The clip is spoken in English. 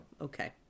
okay